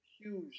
huge